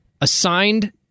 assigned